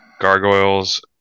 Gargoyles